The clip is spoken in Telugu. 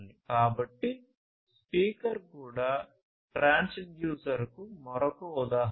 కాబట్టి స్పీకర్ కూడా ట్రాన్స్డ్యూసర్కు మరొక ఉదాహరణ